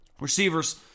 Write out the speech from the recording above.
Receivers